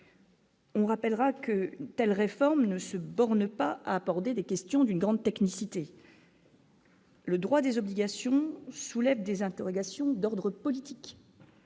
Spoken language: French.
On rappellera que telle réforme ne se borne pas importer des questions d'une grande technicité. Le droit des obligations soulève des interrogations d'ordre politique.